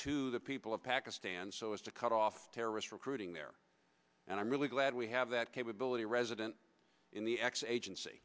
to the people of pakistan so as to cut off terrorist recruiting there and i'm really glad we have that capability resident in the x agency